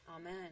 Amen